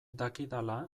dakidala